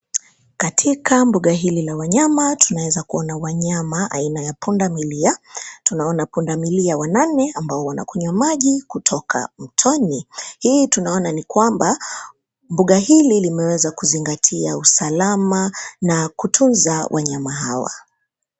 Katika mbuga hili la wanyama tunaweza kuona wanyama aina ya punda milia. Tunaona punda milia wa nane ambao wanakunywa maji kutoka mtoni. Hii tunaona ni kwamba mboga hili limeweza kuzingatia usalama na kutunza wanyama hawa.